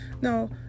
no